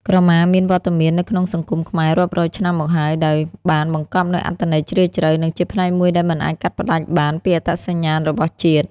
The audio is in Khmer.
ក្រមាមានវត្តមាននៅក្នុងសង្គមខ្មែររាប់រយឆ្នាំមកហើយ ដោយបានបង្កប់នូវអត្ថន័យជ្រាលជ្រៅ និងជាផ្នែកមួយដែលមិនអាចកាត់ផ្តាច់បានពីអត្តសញ្ញាណរបស់ជាតិ។